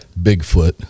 Bigfoot